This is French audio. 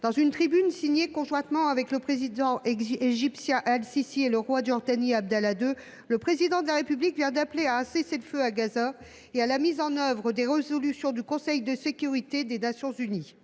dans une tribune signée conjointement avec le président égyptien al Sissi et le roi Abdallah de Jordanie, le Président de la République vient d’appeler à un cessez le feu à Gaza et à la mise en œuvre des résolutions du Conseil de sécurité des Nations unies.